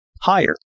higher